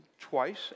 twice